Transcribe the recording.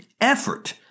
effort